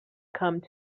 come